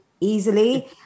easily